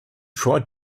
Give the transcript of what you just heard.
tried